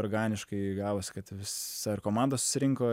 organiškai gavosi kad visa ir komanda susirinko